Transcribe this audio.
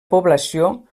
població